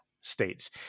states